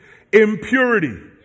impurity